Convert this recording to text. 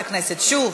שוב,